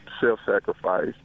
self-sacrifice